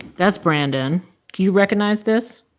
that's brandon. you recognize this?